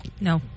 No